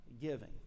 giving